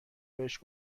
بهش